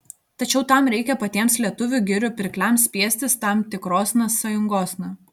tačiau tam reikia patiems lietuvių girių pirkliams spiestis tam tikrosna sąjungosna